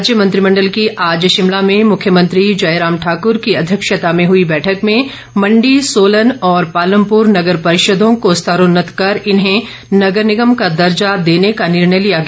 राज्य मंत्रिमंडल की आज शिमला में मुख्यमंत्री जयराम ठाकुर की अध्यक्षता में हुई बैठक में मंडी सोलन और पालमपुर नगर परिषदों को स्तरोन्नत कर इन्हें नगर निगम का दर्जा देने का निर्णय लिया गया